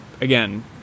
again